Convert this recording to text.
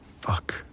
Fuck